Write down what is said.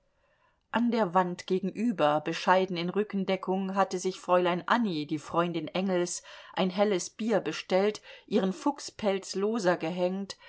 an der wand gegenüber bescheiden in rückendeckung hatte sich fräulein annie die freundin engels ein helles bier bestellt ihren fuchspelz loser gehängt